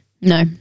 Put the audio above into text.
no